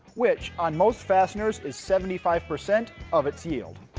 which on most fasteners is seventy five percent of its yield.